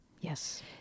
Yes